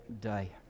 day